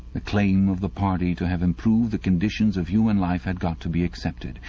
the claim of the party to have improved the conditions of human life had got to be accepted,